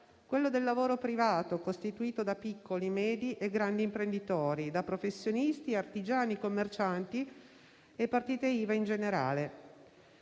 quello del lavoro privato, costituito da piccoli, medi e grandi imprenditori, da professionisti, artigiani, commercianti e partite IVA in generale.